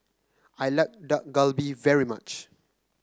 I like Dak Galbi very much